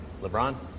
lebron